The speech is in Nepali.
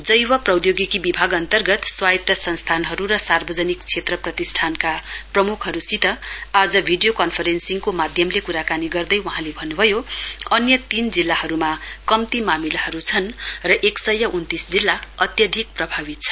जैव प्रौधोगिकी विभाग अन्तर्गत स्वायत्त संस्थानहरु र सार्वजनिक क्षेत्र प्रतिष्ठानका प्रमुखहरुसित आज भिडियो कन्फरेन्सिङको माध्यमले कुराकानी गर्दै वहाँले भन्नुभयो अन्य तीन जिल्लाहरुमा कम्ती मामिलाहरु छन् र एक सय उन्तीस जिल्ला अत्यधिक प्रभावित छन्